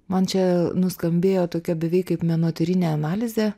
man čia nuskambėjo tokia beveik kaip menotyrinė analizė